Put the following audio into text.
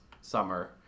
summer